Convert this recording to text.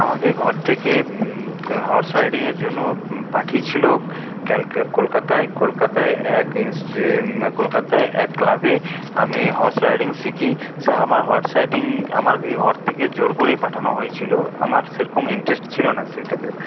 আমাকে ঘর থেকে হর্স রাইডিংয়ের জন্য পাঠিয়েছিলো কলকাতায় কলকাতায় এক কলকাতায় এক ক্লাবে আমি হর্স রাইডিং শিখি সে আমার হর্স রাইডিং আমাকে ঘর থেকে জোর করেই পাঠানো হয়েছিলো আমার সেরকম ইন্টারেস্ট ছিল না সেইটাতে